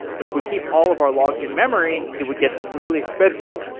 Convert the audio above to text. but if we keep all of our logs in memory, it would get really expensive.